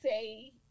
say